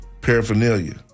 paraphernalia